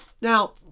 Now